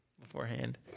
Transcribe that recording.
Beforehand